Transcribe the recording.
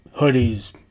hoodies